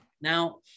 Now